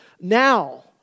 Now